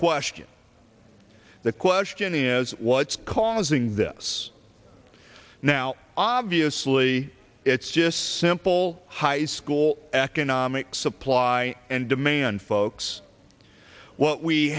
question the question is what's causing this now obviously it's just simple high school economics supply and demand folks what we